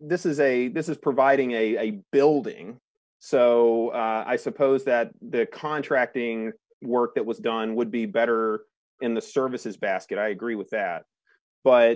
this is a this is providing a building so i suppose that the contracting work that was done would be better in the services basket i agree with that but